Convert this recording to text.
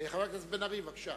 חבר הכנסת בן-ארי, בבקשה.